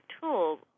tool